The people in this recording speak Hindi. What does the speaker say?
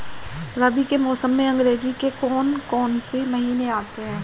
रबी के मौसम में अंग्रेज़ी के कौन कौनसे महीने आते हैं?